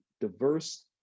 diverse